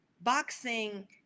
boxing